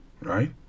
right